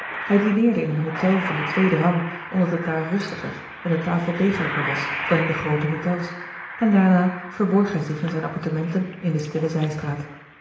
hij dineerde in een hotel van den tweeden rang omdat het daar rustiger en de tafel degelijker was dan in de groote hotels en daarna gerard keller het testament van mevrouw de tonnette verborg hij zich in zijne apartementen in de stille zijstraat